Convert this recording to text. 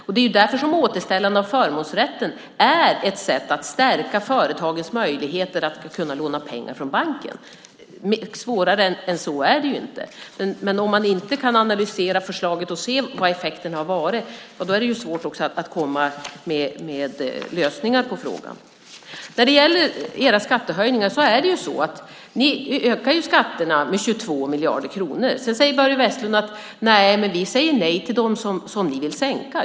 Det är därför som återställandet av förmånsrätten är ett sätt att stärka företagens möjligheter att låna pengar från banken. Svårare än så är det inte. Men om man inte kan analysera förslaget och se vad effekten har varit är det svårt att komma med lösningar på frågan. När det gäller era skattehöjningar är det så att ni ökar skatterna med 22 miljarder kronor. Sedan säger Börje Vestlund: Nej, men vi säger nej till dem som ni vill sänka.